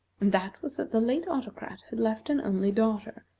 and that was that the late autocrat had left an only daughter,